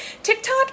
TikTok